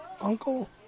uncle